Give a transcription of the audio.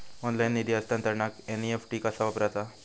Online निधी हस्तांतरणाक NEFT कसा वापरायचा?